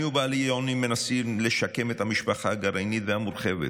אני ובעלי יוני מנסים לשקם את המשפחה הגרעינית והמורחבת,